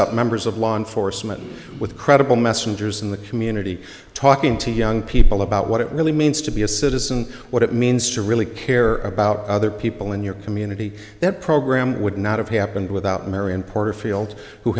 up members of law enforcement with credible messengers in the community talking to young people about what it really means to be a citizen what it means to really care about other people in your community that program would not have happened without marion porterfield who